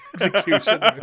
execution